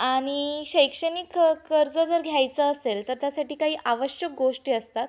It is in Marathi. आणि शैक्षणिक कर्ज जर घ्यायचं असेल तर त्यासाठी काही आवश्यक गोष्टी असतात